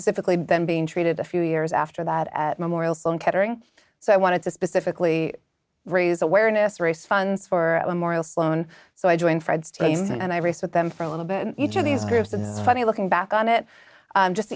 civically them being treated a few years after that at memorial sloan kettering so i wanted to specifically raise awareness raise funds for memorial sloan so i join fred and i respect them for a little bit each of these groups and funny looking back on it just